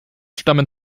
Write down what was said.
stammen